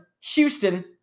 Houston